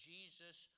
Jesus